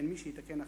אין מי שיתקן אחריך".